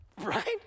Right